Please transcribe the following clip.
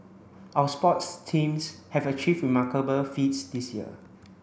our sports teams have achieved remarkable feats this year